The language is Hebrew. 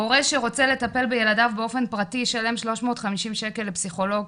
הורה שרוצה לטפל בילדיו באופן פרטי ישלם 350 שקל לפסיכולוג,